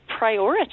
prioritize